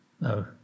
no